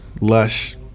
lush